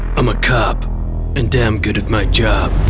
i'm a cop and damn good at my job.